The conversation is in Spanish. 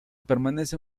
permanece